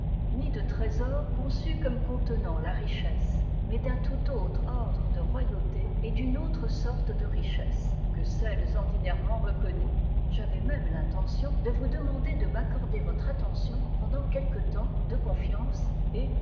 ni de trésors conçus comme contenant la richesse mais d'un tout autre rdre de royauté et d'une autre sorte de richesses que celles ordinairement reconnues j'avais même l'intention de vous demander de m'accorder votre attention pendant quelque temps de confiance et